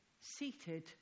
seated